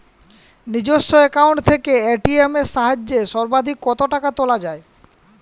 নিজস্ব অ্যাকাউন্ট থেকে এ.টি.এম এর সাহায্যে সর্বাধিক কতো টাকা তোলা যায়?